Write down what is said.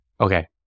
okay